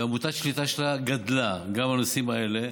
ומוטת השליטה שלה גדלה, גם על המיסים האלה,